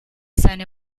seine